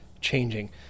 changing